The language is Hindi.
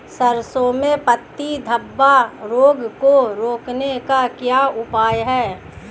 सरसों में पत्ती धब्बा रोग को रोकने का क्या उपाय है?